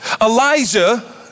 Elijah